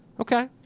Okay